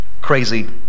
crazy